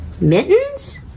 mittens